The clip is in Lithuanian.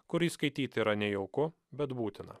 kurį skaityti yra nejauku bet būtina